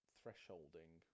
thresholding